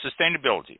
sustainability